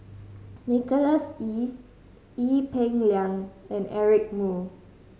Nicholas Ee Ee Peng Liang and Eric Moo